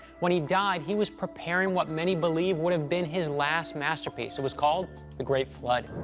when he died, he was preparing what many believe would have been his last masterpiece. it was called the great flood.